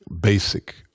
Basic